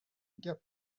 gap